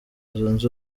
zunze